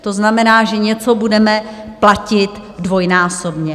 To znamená, že něco budeme platit dvojnásobně.